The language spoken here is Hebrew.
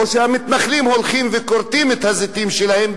או שהמתנחלים הולכים וכורתים את הזיתים שלהם,